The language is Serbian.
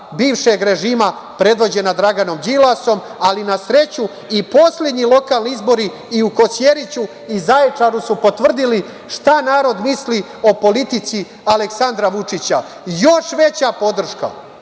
bivšeg režima predvođena Draganom Đilasom ali na sreću i poslednji lokalni izbori i u Kosjeriću i Zaječaru su potvrdili šta narod misli o politici Aleksandra Vučića. Još veća podrška,